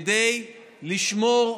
כדי לשמור,